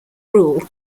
rule